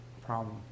problem